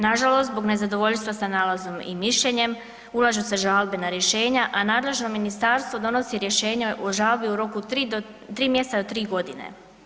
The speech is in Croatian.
Nažalost, zbog nezadovoljstva sa nalazom i mišljenje, ulažu se žalbe na rješenja, a nadležno ministarstvo donosi rješenja o žalbi o roku od 3 mj. do 3 godine.